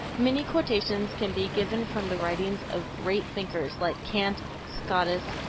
many quotations can be given from the writings of great thinkers, like kant, scotus,